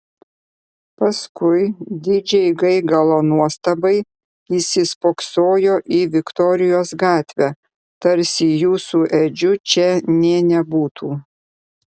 paskui didžiai gaigalo nuostabai įsispoksojo į viktorijos gatvę tarsi jų su edžiu čia nė nebūtų